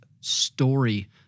story